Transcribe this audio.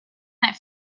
that